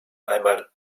einmal